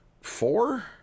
Four